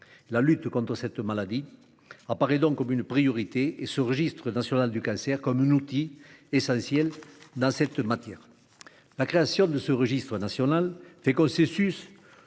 La lutte contre cette maladie apparaît donc comme une priorité, et ce registre national des cancers comme un outil essentiel en cancérologie. La création de ce registre national fait consensus